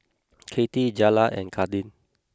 Kathy Jaylah and Kadin